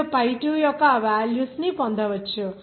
మీరు pi2 యొక్క ఈ వేల్యూ ను పొందవచ్చు